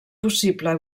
possible